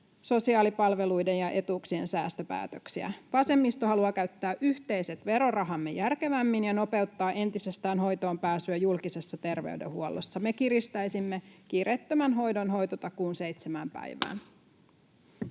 sosiaalipalveluiden ja ‑etuuksien säästöpäätöksiä. Vasemmisto haluaa käyttää yhteiset verorahamme järkevämmin ja nopeuttaa entisestään hoitoonpääsyä julkisessa terveydenhuollossa. Me kiristäisimme kiireettömän hoidon hoitotakuun seitsemään päivään.